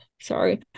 Sorry